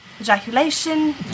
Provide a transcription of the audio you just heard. ejaculation